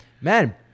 man